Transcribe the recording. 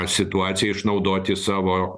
situaciją išnaudoti savo